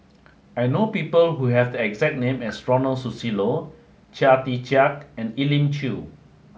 I know people who have the exact name as Ronald Susilo Chia Tee Chiak and Elim Chew